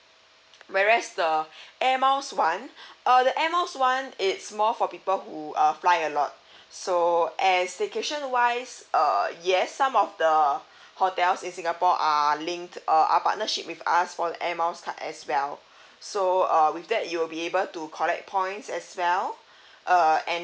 whereas the air miles one uh the air miles one it's more for people who err fly a lot so eh staycation wise err yes some of the hotels in singapore are linked are partnership with us for air miles card as well so uh with that you'll be able to collect points as well uh and